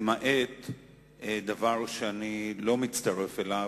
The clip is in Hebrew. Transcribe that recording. למעט דבר שאני לא מצטרף אליו,